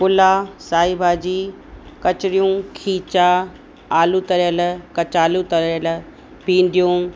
पुला साई भाॼी कचरियूं खीचा आलू तरियल कचालू तरियल भिंडियूं